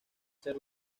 ser